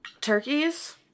Turkeys